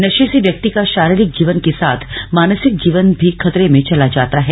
नशे से व्यक्ति का शारीरिक जीवन के साथ मानसिक जीवन भी खतरे में चला जाता है